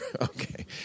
Okay